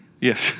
Yes